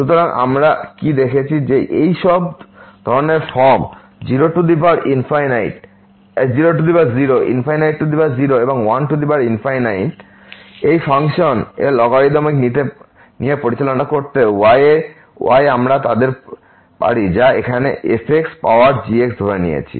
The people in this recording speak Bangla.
সুতরাং আমরা কি দেখেছি যে এই সব ধরনের ফর্ম 00 0 এবং 1 এই ফাংশনের লগারিদমিক নিয়ে পরিচালনা করতে y আমরা তাদের পারি যা আমরা এখানে f পাওয়ার g ধরে নিয়েছি